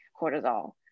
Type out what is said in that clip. cortisol